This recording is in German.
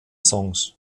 songs